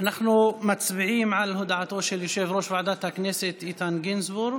אנחנו מצביעים על הודעתו של יושב-ראש ועדת הכנסת איתן גינזבורג.